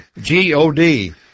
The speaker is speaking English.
G-O-D